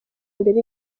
mbere